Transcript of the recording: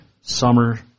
summer